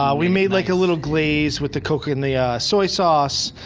we made like a little glaze with the coke and the soy sauce.